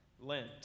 Lent